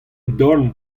dorn